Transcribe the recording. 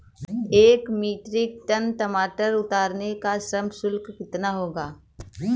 एक metric ton टमाटर को उतारने का श्रम शुल्क कितना होगा?